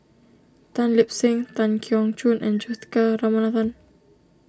Tan Lip Seng Tan Keong Choon and Juthika Ramanathan